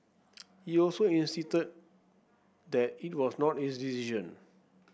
he also insisted that it was not his decision